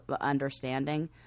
understanding